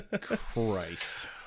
Christ